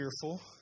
fearful